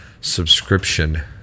subscription